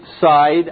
side